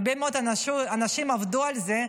הרבה מאוד אנשים עבדו על זה.